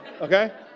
Okay